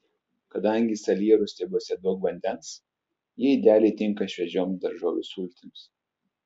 kadangi salierų stiebuose daug vandens jie idealiai tinka šviežioms daržovių sultims